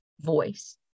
voice